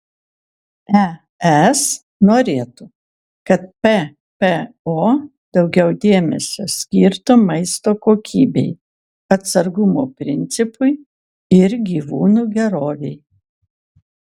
es norėtų kad ppo daugiau dėmesio skirtų maisto kokybei atsargumo principui ir gyvūnų gerovei